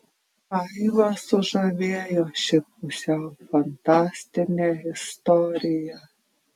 aivą sužavėjo ši pusiau fantastinė istorija